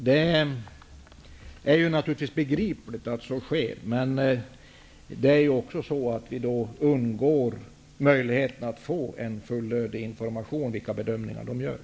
Det är naturligtvis begripligt, men vi undgår ju då möjligheten till en fullödig information om vilka bedömningar som görs.